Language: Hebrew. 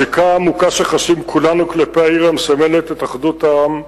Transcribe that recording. הזיקה העמוקה שחשים כולנו כלפי העיר המסמלת את אחדות העם,